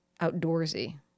outdoorsy